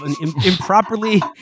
improperly